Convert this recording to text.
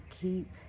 keep